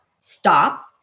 Stop